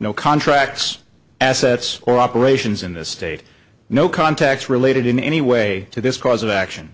no contracts assets or operations in this state no contacts related in any way to this cause of action